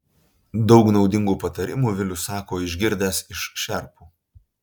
daug naudingų patarimų vilius sako išgirdęs iš šerpų